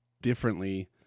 differently